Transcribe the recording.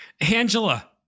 Angela